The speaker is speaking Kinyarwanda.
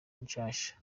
nshasha